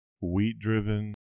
wheat-driven